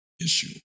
issue